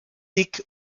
dick